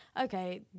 okay